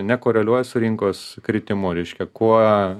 nekoreliuoja su rinkos kritimu reiškia kuo